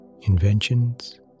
inventions